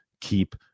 keep